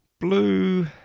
blue